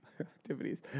activities